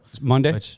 Monday